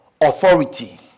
authority